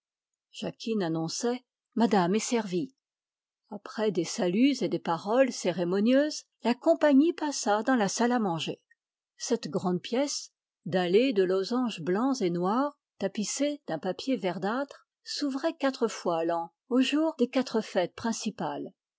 jacquine annonçait madame est servie après des saluts et des paroles cérémonieuses la compagnie passa dans la salle à manger cette grande pièce dallée en losanges blancs et noirs boisée de noyer brun s'ouvrait quatre fois l'an aux jours des quatre fêtes principales